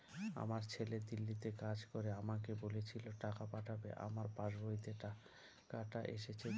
আমার ছেলে দিল্লীতে কাজ করে আমাকে বলেছিল টাকা পাঠাবে আমার পাসবইতে টাকাটা এসেছে কি?